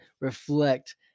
reflect